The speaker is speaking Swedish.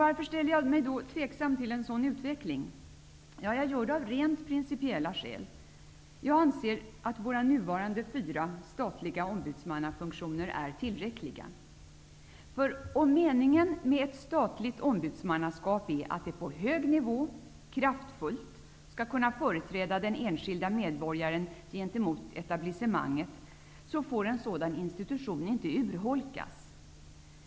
Varför ställer jag mig då tveksam till en sådan utveckling? Jag gör det av rent principiella skäl. Jag anser att våra nuvarande fyra statliga ombudsmannanfunktioner är tillräckliga. Om meningen med ett statligt ombudsmannaskap är att ombudsmannen på hög nivå kraftfullt skall kunna företräda den enskilde medborgaren gentemot etablissemanget, får en sådan institution inte urholkas.